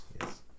yes